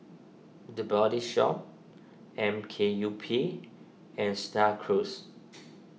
the Body Shop M K U P and Star Cruise